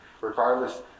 regardless